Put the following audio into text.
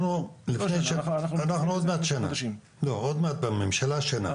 עוד מעט בממשלה שנה,